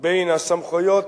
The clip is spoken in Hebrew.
בין הסמכויות,